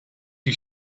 you